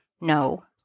No